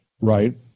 right